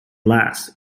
last